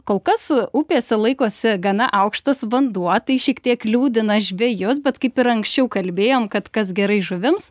kol kas upėse laikosi gana aukštas vanduo tai šiek tiek liūdina žvejus bet kaip ir anksčiau kalbėjom kad kas gerai žuvims